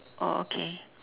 oh okay